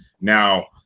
Now